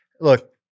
Look